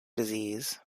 disease